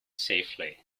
safely